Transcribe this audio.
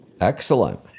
Excellent